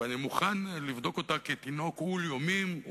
ואני מוכן לבדוק אותה כתינוק עול-ימים,